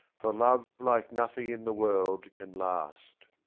for love like nothing in the world can last.